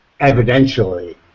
evidentially